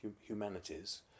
humanities